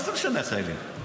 מה זה משנה החיילים?